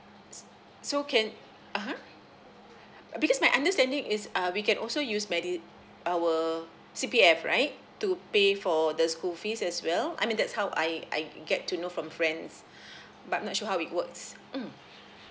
s~ so can (uh huh) because my understanding is uh we can also use medi~ our C_P_F right to pay for the school fees as well I mean that's how I I get to know from friends but not sure how it works mm